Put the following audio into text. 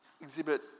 exhibit